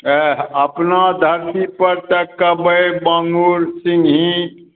एहि अपना धरती पर तऽ कवइ माँगुर सिन्घी